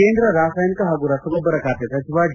ಕೇಂದ್ರ ರಾಸಾಯನಿಕ ಹಾಗೂ ರಸಗೊಬ್ಬರ ಖಾತೆ ಸಚಿವ ಡಿ